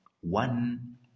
one